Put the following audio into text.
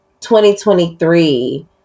2023